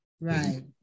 Right